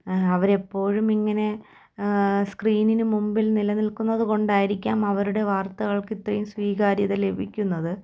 അവരെപ്പോഴും ഇങ്ങനെ സ്ക്രീനിനു മുമ്പിൽ നിലനിൽക്കുന്നതു കൊണ്ടായിരിക്കാം അവരുടെ വർത്തകൾക്കിത്രയും സ്വീകാര്യത ലഭിക്കുന്നത്